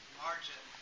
margin